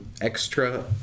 extra